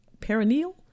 perineal